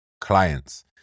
clients